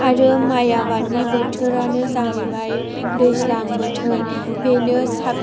आरो माइ आबादनि बोथोरानो जाहैबाय दैज्लां बोथोर बेनो साबसिन